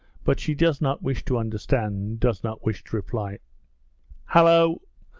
but she does not wish to under-stand, does not wish to reply hallo!